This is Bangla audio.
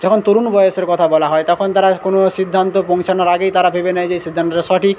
যখন তরুণ বয়সের কথা বলা হয় তখন তারা কোনো সিদ্ধান্ত পৌঁছানোর আগেই তারা ভেবে নেয় যে এই সিদ্ধান্তটা সঠিক